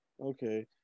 okay